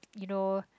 you know